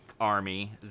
army